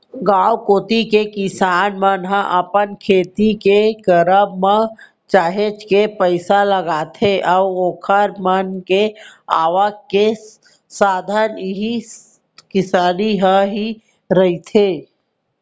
गांव कोती के किसान मन ह अपन खेती किसानी के करब म काहेच के पइसा लगाथे अऊ ओखर मन के आवक के साधन इही किसानी ह ही रहिथे